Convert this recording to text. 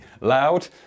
loud